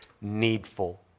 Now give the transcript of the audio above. needful